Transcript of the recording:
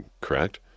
correct